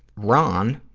ron,